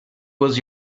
was